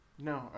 No